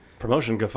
promotion